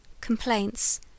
complaints